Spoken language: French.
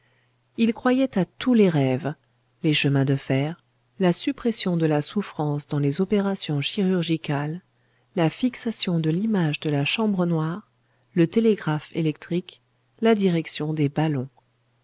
il croyait à tous les rêves les chemins de fer la suppression de la souffrance dans les opérations chirurgicales la fixation de l'image de la chambre noire le télégraphe électrique la direction des ballons